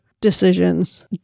decisions